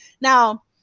Now